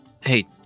Hey